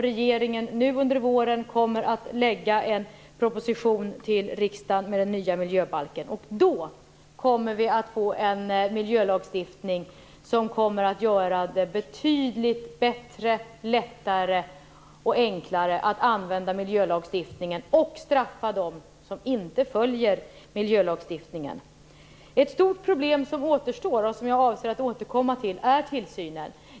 Under våren kommer regeringen att lägga fram en proposition till riksdagen om den nya miljöbalken. Då kommer vi att få en miljölagstiftning som kommer att göra det betydligt bättre, lättare och enklare att använda miljölagstiftningen och straffa dem som inte följer den. Ett stort problem som återstår och som jag avser att återkomma till är tillsynen.